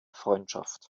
freundschaft